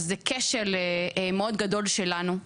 אז זה כשל מאוד גדול שלנו.